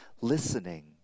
listening